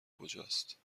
کجاست